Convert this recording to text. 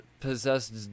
possessed